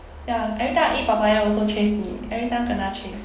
ya every time I eat papaya also chase me everytime kenna chase